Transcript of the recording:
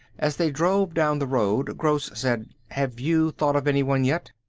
as they drove down the road, gross said, have you thought of anyone yet?